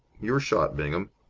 your shot, bingham.